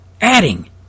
adding